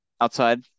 outside